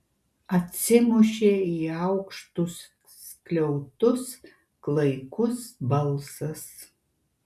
atsimušė į aukštus skliautus klaikus balsas